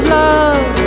love